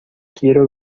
quiero